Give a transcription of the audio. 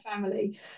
family